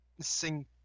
Sing